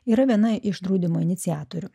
yra viena iš draudimo iniciatorių